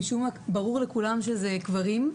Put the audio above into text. משום מה ברור לכולם שזה קברים,